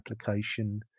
application